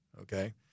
okay